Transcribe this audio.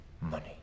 Money